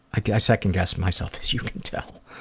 i second-guess myself as you can tell.